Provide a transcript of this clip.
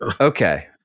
Okay